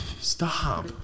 Stop